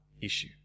issue